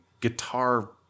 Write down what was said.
guitar